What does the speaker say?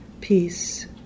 peace